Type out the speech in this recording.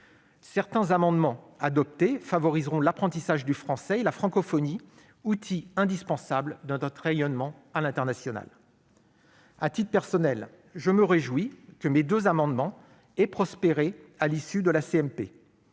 permettront de favoriser l'apprentissage du français et la francophonie, outils indispensables de notre rayonnement à l'international. À titre personnel, je me réjouis que mes deux amendements aient prospéré à l'issue de la